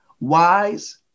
wise